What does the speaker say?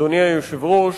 אדוני היושב-ראש,